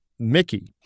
Mickey